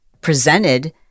presented